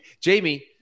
Jamie